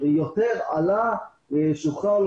יותר עניין של שוחרר,